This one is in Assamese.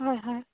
হয় হয়